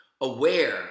aware